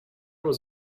was